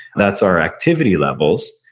that's our activity levels,